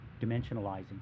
dimensionalizing